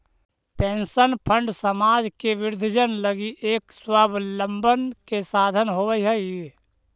pension fund समाज के वृद्धजन लगी एक स्वाबलंबन के साधन होवऽ हई